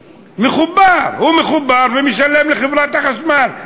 מחובר, הוא מחובר ומשלם לחברת החשמל.